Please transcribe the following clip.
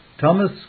Thomas